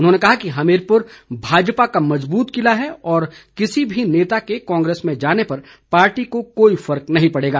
उन्होंने कहा कि हमीरपुर भाजपा का मजबूत किला है और किसी भी नेता के कांग्रेस में जाने पर पार्टी को कोई फर्क नहीं पड़ेगा